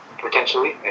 potentially